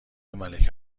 ملک